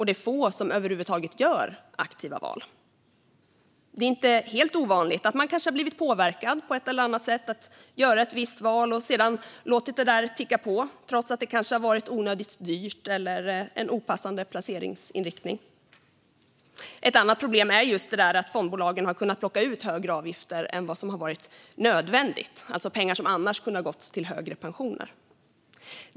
Det är få som över huvud taget gör aktiva val. Det är inte helt ovanligt att man kanske har blivit påverkad på ett eller annat sätt att göra ett visst val och sedan låtit det ticka på trots att det kanske har varit onödigt dyrt eller en opassande placeringsinriktning. Ett annat problem är just att fondbolagen har kunnat plocka ut högre avgifter än vad som har varit nödvändigt. Det är pengar som annars kunde ha gått till högre pensioner.